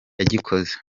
yagikoze